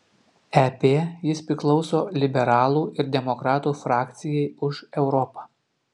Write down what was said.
ep jis priklauso liberalų ir demokratų frakcijai už europą